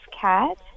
cat